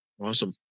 Awesome